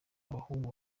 abahungu